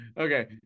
Okay